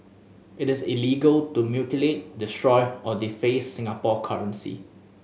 it is illegal to mutilate destroy or deface Singapore currency